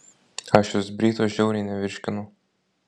aš jos bryto žiauriai nevirškinu